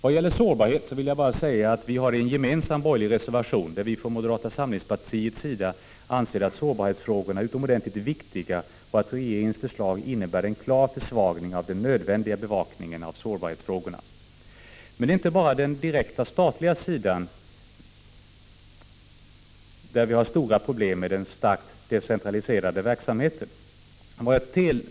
Vad gäller sårbarhet vill jag bara säga att vi har en gemensam borgerlig 53 reservation där vi från moderata samlingspartiets sida anser att sårbarhetsfrågorna är utomordentligt viktiga och att regeringens förslag innebär en klar försvagning av den nödvändiga bevakningen av sårbarhetsfrågorna. Men det är inte bara på den direkt statliga sidan vi har stora problem med den starkt decentraliserade verksamheten.